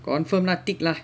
confirm nothing lah